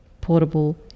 portable